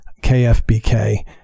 KFBK